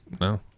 No